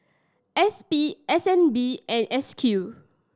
S P S N B and S Q